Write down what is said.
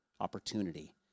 opportunity